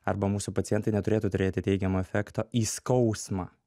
arba mūsų pacientai neturėtų turėti teigiamo efekto į skausmą